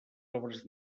obres